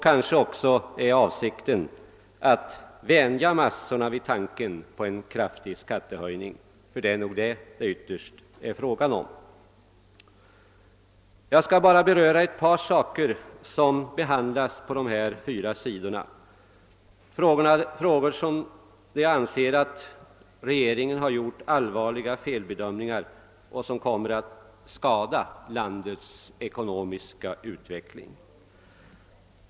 Hans avsikt är kanske också att vänja massorna vid tanken på en kraftig skattehöjning — ty det är nog det som det ytterst är fråga om. Jag skall bara beröra ett par saker som behandlas på dessa fyra sidor. Det gäller frågor där jag anser att regeringen har gjort allvarliga felbedömningar som kommer att skada landets ekonomiska utveckling.